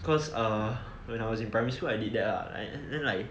cause err when I was in primary school I did that lah and then like